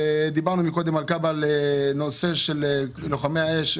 דיברנו על הנושא של לוחמי האש,